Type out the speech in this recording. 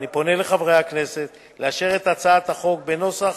אני פונה לחברי הכנסת לאשר את הצעת החוק בנוסח